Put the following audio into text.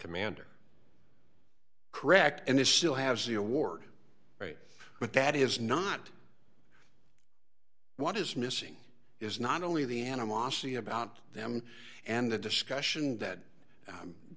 commander correct and is still has the award right but that is not what is missing is not only the animosity about them and the discussion